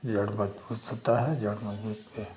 लडुआ खुश होता है जब हम देखते हैं